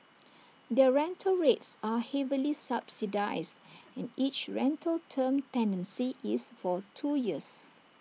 their rental rates are heavily subsidised and each rental term tenancy is for two years